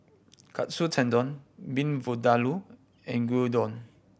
Katsu Tendon Beef Vindaloo and Gyudon